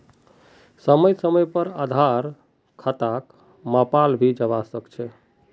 समय समय पर आधार खतराक मापाल भी जवा सक छे